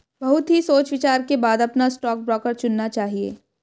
बहुत ही सोच विचार के बाद अपना स्टॉक ब्रोकर चुनना चाहिए